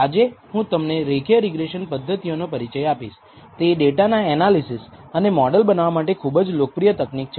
આજે હું તમને રેખીય રિગ્રેસનની પદ્ધતિઓનો પરિચય આપીશ તે ડેટાના એનાલિસિસ અને મોડલ બનાવવા માટે ખુબ જ લોકપ્રિય તકનીક છે